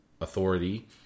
authority